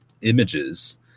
images